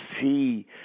see